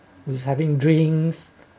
with having drinks